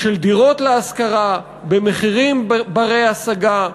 של דירות להשכרה במחירים בני-השגה.